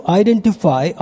identify